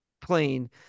plane